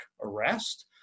arrest